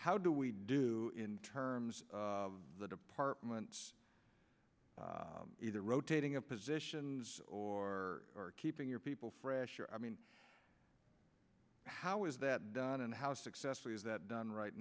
how do we do in terms of the departments either rotating of positions or keeping your people fresher i mean how is that done and how successfully is that done right